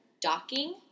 docking